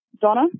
Donna